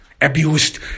abused